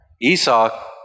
Esau